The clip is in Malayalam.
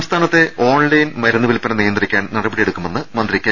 സംസ്ഥാനത്തെ ഓൺലൈൻ മരുന്നുവില്പന നിയന്ത്രിക്കാൻ നട പടിയെടുക്കുമെന്ന് മന്ത്രി കെ